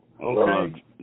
Okay